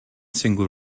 single